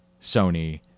Sony